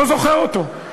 לא זוכר אותו.